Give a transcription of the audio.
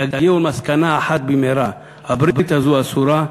תגיעו למסקנה אחת במהרה: הברית הזאת אסורה,